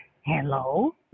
Hello